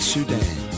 Sudan